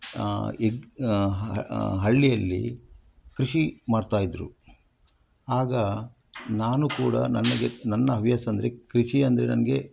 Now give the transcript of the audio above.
ಈಗ ಹಳ್ಳಿಯಲ್ಲಿ ಕೃಷಿ ಮಾಡ್ತಾಯಿದ್ರು ಆಗ ನಾನು ಕೂಡ ನನಗೆ ನನ್ನ ಹವ್ಯಾಸ ಅಂದರೆ ಕೃಷಿ ಅಂದರೆ ನನಗೆ